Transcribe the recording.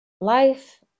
life